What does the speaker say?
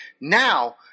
Now